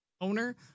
owner